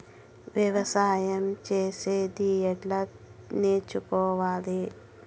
వ్యవసాయం చేసేది ఎట్లా నేర్చుకోవాలి?